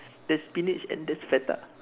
there's spinach and there's Feta